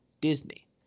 Disney